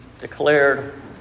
declared